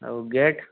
ଆଉ ଗେଟ୍